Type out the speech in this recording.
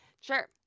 sure